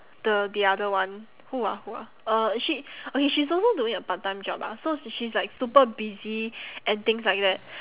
the the other one who ah who ah uh she okay she's also doing a part time job ah so she is like super busy and things like that